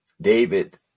David